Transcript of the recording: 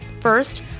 First